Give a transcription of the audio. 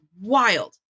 wild